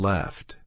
Left